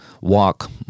walk